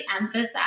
emphasize